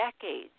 decades